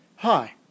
Hi